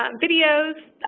um videos,